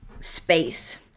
space